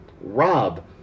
Rob